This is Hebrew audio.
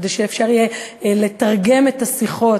כדי שאפשר יהיה לתרגם את השיחות,